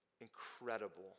incredible